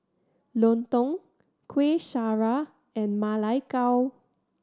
lontong Kuih Syara and Ma Lai Gao